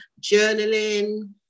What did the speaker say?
journaling